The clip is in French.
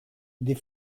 des